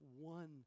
one